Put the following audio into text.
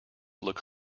look